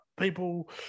people